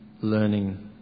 learning